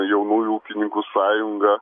jaunųjų ūkininkų sąjunga